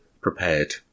Prepared